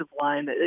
line